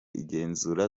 igenzura